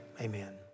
Amen